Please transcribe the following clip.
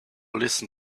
listen